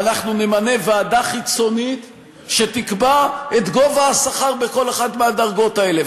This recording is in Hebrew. ואנחנו נמנה ועדה חיצונית שתקבע את גובה השכר בכל אחת מהדרגות האלה.